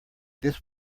this